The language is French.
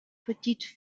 petite